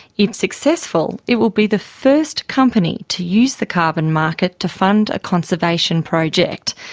if successful, it will be the first company to use the carbon market to fund a conservation project.